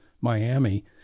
Miami